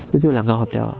所以住两个 hotel